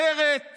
אומרת